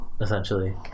essentially